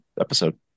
episode